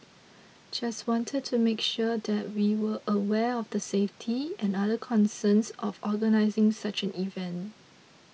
just wanted to make sure that we were aware of the safety and other concerns of organising such an event